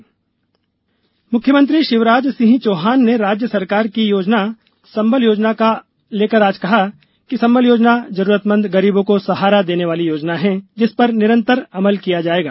CM Sambal योजना मुख्यमंत्री शिवराज सिंह चौहान ने राज्य सरकार की महत्वाकांक्षी संबल योजना का लेकर आज कहा कि संबल योजना जरूरतमंद गरीबों को सहारा देने वाली योजना है जिस पर निरंतर अमल किया जाएगा